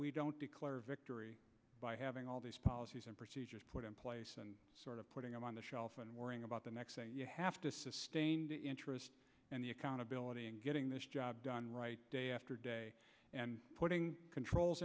we don't declare victory by having all these policies and procedures put in place and sort of putting them on the shelf and worrying about the next thing you have to sustain the interest and the accountability and getting this job done right day after day and putting controls